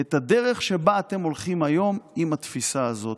את הדרך שבה אתם הולכים היום עם התפיסה הזו.